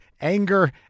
anger